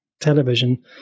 television